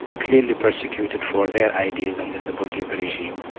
clearly persecuted for their ideas under the bourguiba regime.